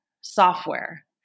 software